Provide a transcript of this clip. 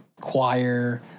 choir